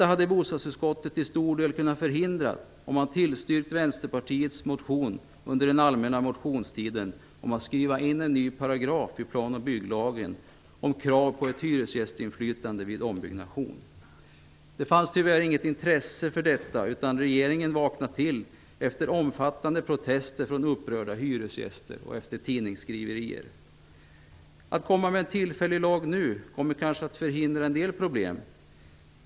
Det hade bostadsutskottet till stor del kunnat förhindra om det tillstyrkt Vänsterpartiets motion under den allmänna motionstiden om att skriva in en ny paragraf i plan och bygglagen om krav på ett hyresgästinflytande vid ombyggnation. Det fanns tyvärr inget intresse för detta. Regeringen vaknade till efter omfattande protester från upprörda hyresgäster och efter tidningsskriverier. Att nu komma med en tillfällig lag kommer kanske att förhindra en del problem.